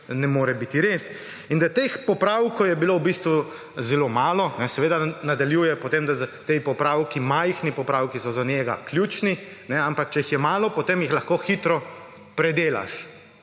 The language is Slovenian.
ne more biti res. In teh popravkov je bilo v bistvu zelo malo. Seveda nadaljuje potem, da so ti popravki majhni, popravki so za njega ključni, ampak če jih je malo, potem jih lahko hitro predelaš,